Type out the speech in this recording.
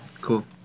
Cool